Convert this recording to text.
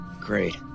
great